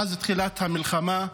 מאז תחילת המלחמה,